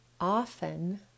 often